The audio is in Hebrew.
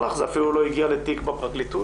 זה אפילו לא הגיע לתיק בפרקליטות?